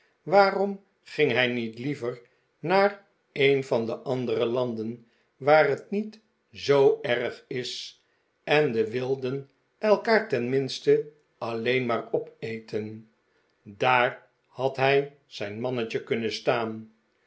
waarom ging hij niet liever naar een van die andere landen waar net niet zoo erg is en de wilden elkaar tenminste alleen maar opeten daar had hij zijn mannetje kunnen staan